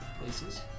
Places